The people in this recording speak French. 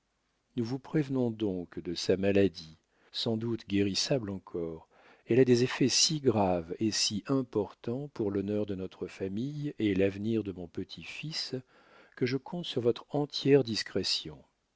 nous vous prévenons donc de sa maladie sans doute guérissable encore elle a des effets si graves et si importants pour l'honneur de notre famille et l'avenir de mon petit-fils que je compte sur votre entière discrétion